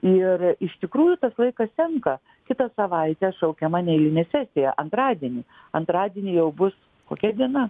ir iš tikrųjų tas laikas senka kitą savaitę šaukiama neeilinė sesija antradienį antradienį jau bus kokia diena